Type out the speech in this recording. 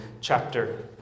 chapter